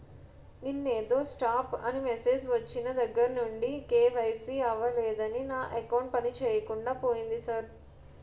నిన్నేదో స్టాప్ అని మెసేజ్ ఒచ్చిన దగ్గరనుండి కే.వై.సి అవలేదని నా అకౌంట్ పనిచేయకుండా పోయింది సార్